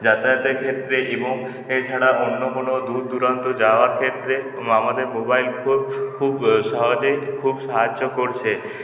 যাতায়াতের ক্ষেত্রে এবং এছাড়া অন্য কোনো দূর দূরান্ত যাওয়ার ক্ষেত্রে আমাদের মোবাইল ফোন খুব সহজেই খুব সাহায্য করছে